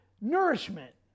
nourishment